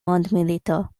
mondmilito